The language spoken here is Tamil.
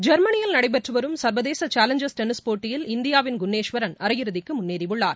ஜெர்மனியில் நடைபெற்றுவரும் சர்வதேசசேலஞ்சர்ஸ் டென்னிஸ் போட்டியில் இந்தியாவின் குன்னேஷ்வரன் அரையிறுதிக்குமுன்னேறியுள்ளார்